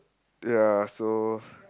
ya so